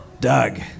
Doug